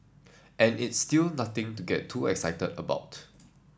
and it's still nothing to get too excited about